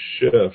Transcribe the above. shift